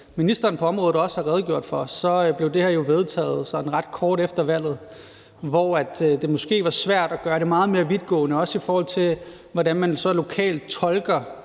ministeren på området også har redegjort for, blev det her jo vedtaget sådan ret kort efter valget, hvor det måske var svært at gøre det meget mere vidtgående, også i forhold til hvordan man så lokalt tolker